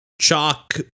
chalk